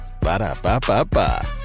Ba-da-ba-ba-ba